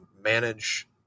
manage